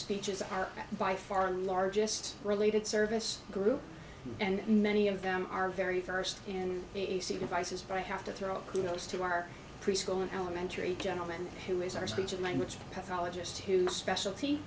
speeches are by far the largest related service group and many of them are very versed in the e c devices but i have to throw kudos to our preschool and elementary gentleman who is our speech and language pathologist whose specialty